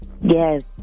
Yes